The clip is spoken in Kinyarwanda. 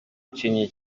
ukennye